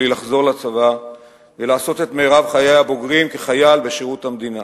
לחזור לצבא ולעשות את רוב חיי הבוגרים כחייל בשירות המדינה.